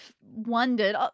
wondered